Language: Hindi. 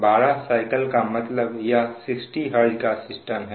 12 साइकिल का मतलब यह 60 hz का सिस्टम है